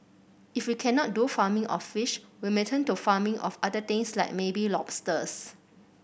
if we cannot do farming of fish we may turn to farming of other things like maybe lobsters